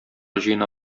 җыена